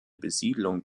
besiedlung